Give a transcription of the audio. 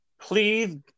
Please